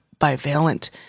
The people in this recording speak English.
bivalent